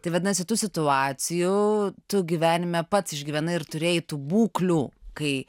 tai vadinasi tų situacijų tu gyvenime pats išgyvenai ir turėjai tų būklių kai